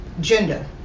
gender